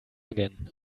again